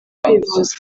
kwivuza